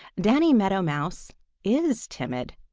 danny meadow mouse is timid.